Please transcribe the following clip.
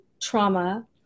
trauma